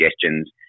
suggestions